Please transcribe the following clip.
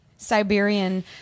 Siberian